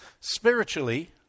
Spiritually